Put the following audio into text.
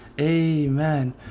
Amen